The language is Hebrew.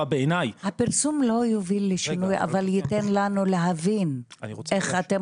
הפרסום לא יוביל לשינוי אבל ייתן לנו להבין איך אתם